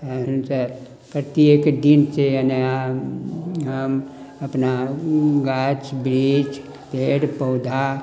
एहन से प्रत्येक दिन से जेना हम अपना गाछ बृक्ष पेड़ पौधा